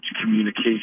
communication